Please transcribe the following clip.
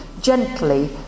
gently